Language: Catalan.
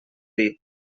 dir